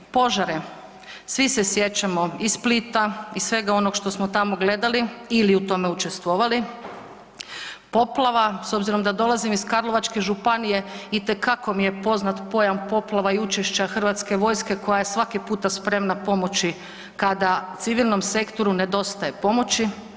Požare, svi se sjećamo iz Splita, iz svega onoga što smo tamo gledali ili u tome učestvovali, poplava, s obzirom da dolazim iz Karlovačke županije, itekako mi je poznat pojam poplava i učešća HV-a koja je svaku puta spremna pomoći kada civilnom sektoru nedostaje pomoći.